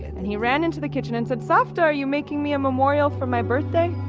and he ran into the kitchen and said, savta, are you making me a memorial for my birthday?